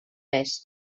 pes